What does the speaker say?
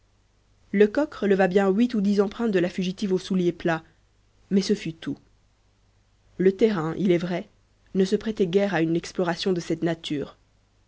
lecoq releva bien huit ou dix empreintes de la fugitive aux souliers plats mais ce fut tout le terrain il est vrai ne se prêtait guère à une exploration de cette nature